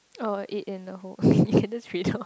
oh eat in a hole okay you can just read out